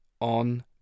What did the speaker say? on